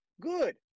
Good